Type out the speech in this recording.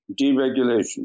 deregulation